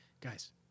guys